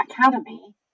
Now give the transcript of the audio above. academy